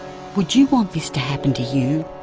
would you want this to happen to you?